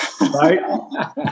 Right